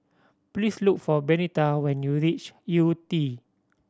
please look for Benita when you reach Yew Tee